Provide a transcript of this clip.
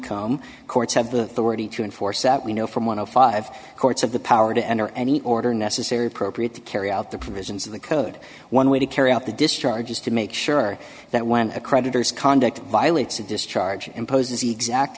enforce that we know from one of five courts of the power to enter any order necessary appropriate to carry out the provisions of the code one way to carry out the discharge is to make sure that when a creditors conduct violates a discharge imposes the exact